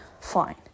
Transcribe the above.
fine